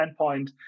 endpoint